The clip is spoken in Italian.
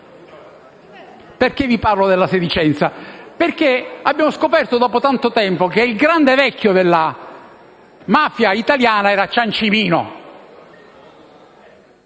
Vi parlo della "sedicenza" perché abbiamo scoperto, dopo tanto tempo, che il grande vecchio della mafia italiana sarebbe stato Ciancimino.